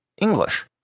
English